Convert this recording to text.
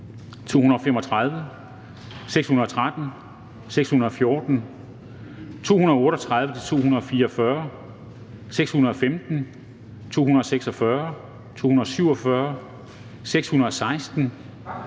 235, 613, 614, 238-244, 615, 246, 247, 616,